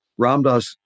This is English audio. Ramdas